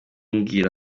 mbwira